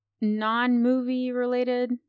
non-movie-related